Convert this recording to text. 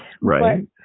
Right